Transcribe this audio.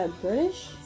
British